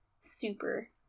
super